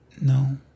No